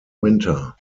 winter